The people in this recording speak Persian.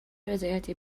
رضایت